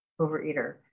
overeater